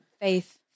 Faith